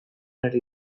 ari